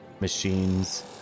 machines